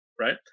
Right